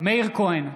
מאיר כהן,